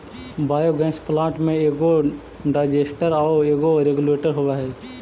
biogas plant में एगो digester आउ एगो रेगुलेटर होवऽ हई